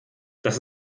dass